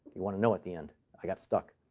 you want to know at the end i got stuck.